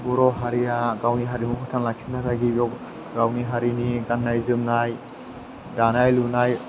बर' हारिया गावनि हारिमुखौ फोथांना लाखिनो गावनि हारिनि गाननाय जोमनाय दानाय लुनाय